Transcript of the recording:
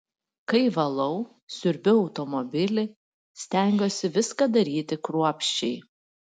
kai valau siurbiu automobilį stengiuosi viską daryti kruopščiai